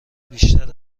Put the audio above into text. بیشتر